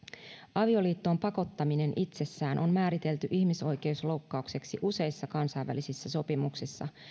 avioliittoon pakottaminen itsessään on määritelty ihmisoikeusloukkaukseksi useissa kansainvälisissä sopimuksissa